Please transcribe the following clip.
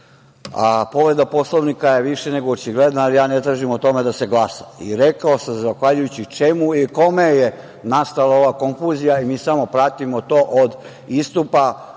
Povreda Poslovnika je više nekog očigledna, ali ja ne tražim o tome da se glasa i rekao sam zahvaljujući čemu i kome je nastala ova konfuzija i mi samo pratimo to od istupa